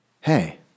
hey